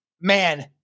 man